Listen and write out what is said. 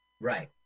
Right